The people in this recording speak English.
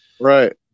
right